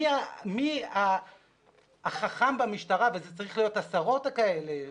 מי החכם במשטרה וזה צריך להיות עשרות כאלה,